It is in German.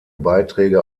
beiträge